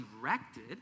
erected